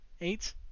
Eight